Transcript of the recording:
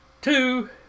Two